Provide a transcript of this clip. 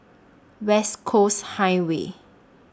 West Coast Highway